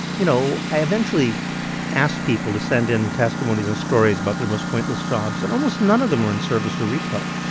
you know, i eventually asked people to send in testimonies and stories about their most pointless jobs, and almost none of them were in service or retail.